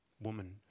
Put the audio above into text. woman